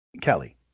Kelly